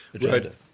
Right